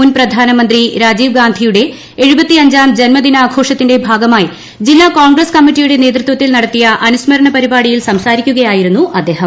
മുൻ പ്രധാനമന്ത്രി രാജീവ് ഗാന്ധിയുടെ എഴുപത്തി അഞ്ചാം ജന്മദിനാഘോഷത്തിന്റെ ഭാഗമായി ജില്ലാ കോൺഗ്രസ് കമ്മിറ്റിയുടെ നേതൃത്വത്തിൽ നടത്തിയ അനുസ്മരണ പരിപാടിയിൽ സംസാരിക്കുകയായിരുന്നു അദ്ദേഹം